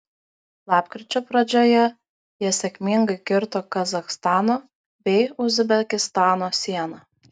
lapkričio pradžioje jie sėkmingai kirto kazachstano bei uzbekistano sieną